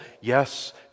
Yes